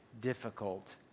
difficult